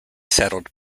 settled